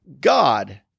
God